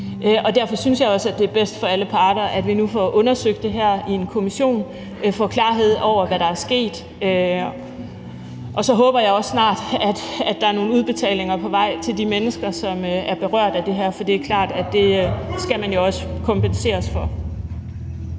Derfor synes jeg også, at det er bedst for alle parter, at vi nu får undersøgt det her i en kommission og får klarhed over, hvad der er sket. Og så håber jeg også snart, at der er nogle udbetalinger på vej til de mennesker, som er berørt af det her, for det er klart, at det skal man jo også kompenseres for.